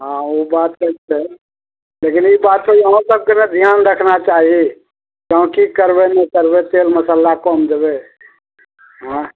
हँ ओ बात तऽ छै लेकिन ई बात तऽ अहोँ सबके ने ध्यान रखना चाही से हँ की करबै नहि करबै तेल मसाला कम देबै आँइ